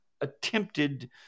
attempted